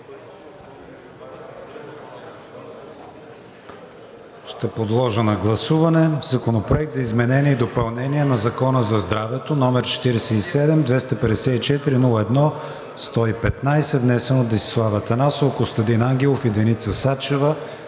Ще подложа на гласуване Законопроект за изменение и допълнение на Закона за здравето, № 47-254-01-115, внесен от Десислава Атанасова, Костадин Ангелов и Деница Сачева,